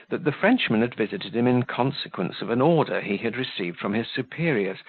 that the frenchman had visited him in consequence of an order he had received from his superiors,